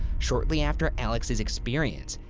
shortly after alix's experience,